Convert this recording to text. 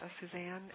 Suzanne